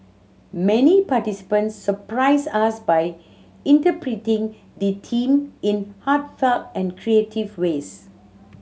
many participants surprised us by interpreting the theme in heartfelt and creative ways